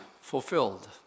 fulfilled